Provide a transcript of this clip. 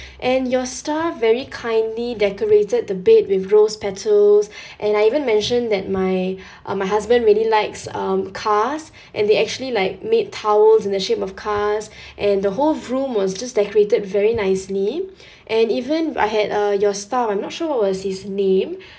and your staff very kindly decorated the bed with rose petals and I even mentioned that my uh my husband really likes um cars and they actually like made towels in the shape of cars and the whole room was just decorated very nicely and even I had a your staff I'm not sure what was his name